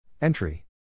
Entry